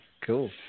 Cool